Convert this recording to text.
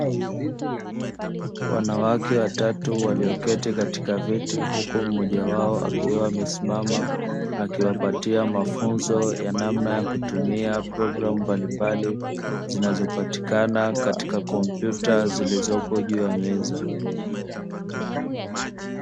Wanawake watatu walioketi katika viti huku mmoja wao akiwa amesimama, akiwapatia mafunzo ya namna ya kutumia programu mbalimbali zinazopatikana, katika kompyuta zilizopo juu ya meza.